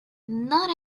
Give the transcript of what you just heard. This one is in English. not